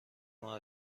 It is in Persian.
ماه